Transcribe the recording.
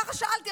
ככה שאלתי.